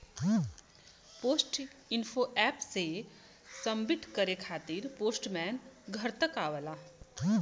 post info app से submit करे खातिर पोस्टमैन घर तक आवला